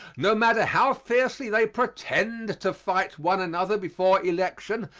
no matter how fiercely they pretend to fight one another before election,